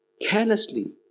Carelessly